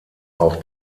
auch